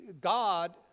God